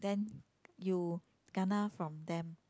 then you kena from them